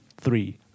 three